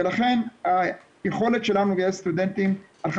ולכן היכולת שלנו לגייס סטודנטים הלכה